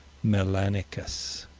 melanicus.